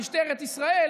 משטרת ישראל,